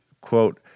quote